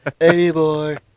anymore